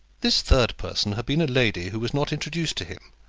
this third person had been a lady who was not introduced to him,